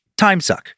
timesuck